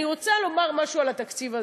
אני רוצה לומר משהו על התקציב הזה.